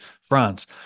France